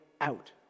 out